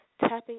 tapping